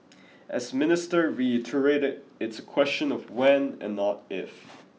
as Minister reiterated it's a question of when and not if